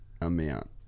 amount